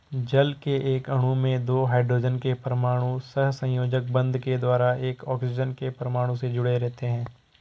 जल के एक अणु में दो हाइड्रोजन के परमाणु सहसंयोजक बंध के द्वारा एक ऑक्सीजन के परमाणु से जुडे़ रहते हैं